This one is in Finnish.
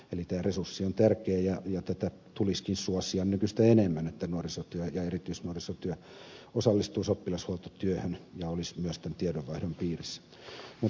eli tämä resurssi on tärkeä ja tätä tulisikin suosia nykyistä enemmän että nuorisotyö ja erityisnuorisotyö osallistuisivat oppilashuoltotyöhön ja olisivat myös tämän tiedonvaihdon piirissä